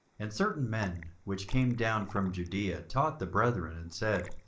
and certain men which came down from judaea taught the brethren, and said,